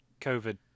COVID